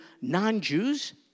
non-Jews